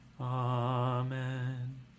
Amen